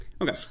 Okay